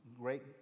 great